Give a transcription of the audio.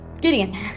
Gideon